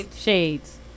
Shades